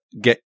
get